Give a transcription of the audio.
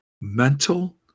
mental